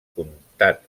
comtat